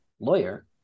lawyer